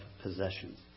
possessions